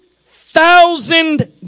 thousand